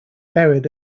buried